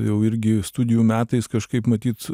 jau irgi studijų metais kažkaip matyt